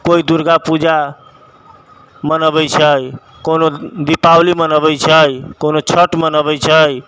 कोइ दुर्गा पूजा मनबै छै कोनो दीपावली मनबै छै कोनो छठ मनबै छै